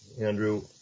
Andrew